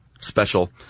special